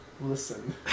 Listen